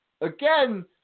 again